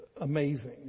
amazing